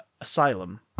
Asylum